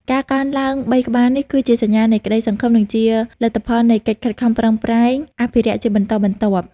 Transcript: ការកើនឡើង ៣ ក្បាលនេះ គឺជាសញ្ញានៃក្តីសង្ឃឹម និងជាលទ្ធផលនៃកិច្ចខិតខំប្រឹងប្រែងអភិរក្សជាបន្តបន្ទាប់។